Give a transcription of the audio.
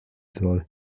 soll